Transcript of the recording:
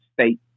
state